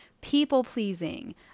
People-pleasing